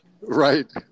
Right